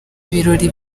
birori